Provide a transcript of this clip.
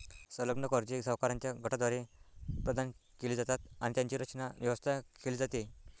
संलग्न कर्जे सावकारांच्या गटाद्वारे प्रदान केली जातात आणि त्यांची रचना, व्यवस्था केली जाते